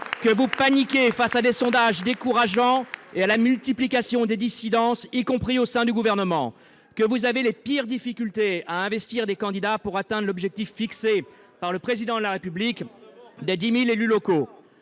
Vous paniquez face à des sondages décourageants et à la multiplication des dissidences, y compris au sein du Gouvernement. Vous avez les pires difficultés à investir des candidats pour atteindre l'objectif fixé par le Président de la République des 10 000 élus locaux